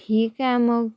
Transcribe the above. ठीक आहे मग